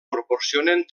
proporcionen